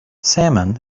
salmon